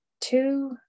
two